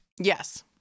yes